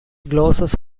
glosses